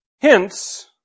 Hence